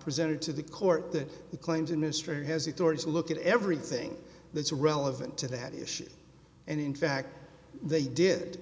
presented to the court that the claims industry has authority to look at everything that's relevant to that issue and in fact they did